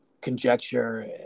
conjecture